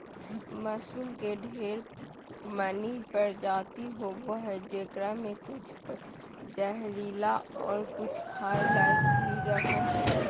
mushroom के ढेर मनी प्रजाति होवो हय जेकरा मे कुछ जहरीला और कुछ खाय लायक भी रहो हय